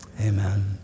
Amen